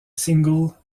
singles